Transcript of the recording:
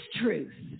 truth